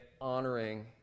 honoring